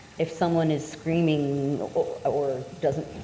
if someone is screaming or doesn't,